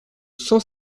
cent